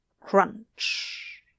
crunch